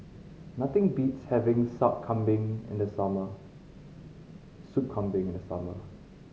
nothing beats having Sup Kambing in the summer Soup Kambing in the summer